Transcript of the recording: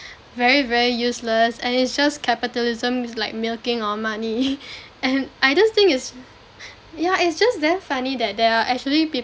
very very useless and it's just capitalism it's like milking our money and I just think it's yeah it's just damn funny that there are actually people